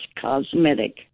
cosmetic